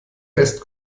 fest